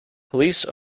police